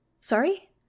Sorry